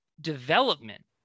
development